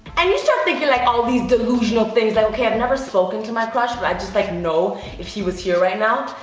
and you start thinking like all these delusional things, like, okay, i've never spoken to my crush, but i just like know if he was here right now,